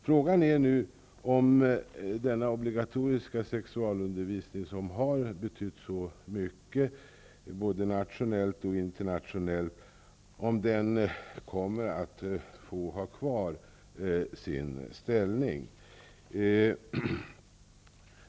Frågan är om denna obligatoriska sexualundervisning, som har betytt väldigt mycket både nationellt och internationellt, kommer att få behålla sin ställning.